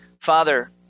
Father